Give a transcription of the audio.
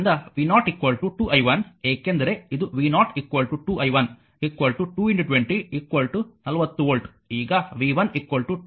ಆದ್ದರಿಂದ v0 2i 1 ಏಕೆಂದರೆ ಇದು v0 2i 1 220 40 ವೋಲ್ಟ್ ಈಗ v1 2